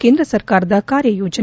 ಕೇಂದ್ರ ಸರ್ಕಾರ ಕಾರ್ಯ ಯೋಜನೆ